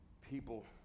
people